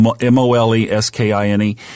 M-O-L-E-S-K-I-N-E